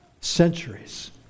Centuries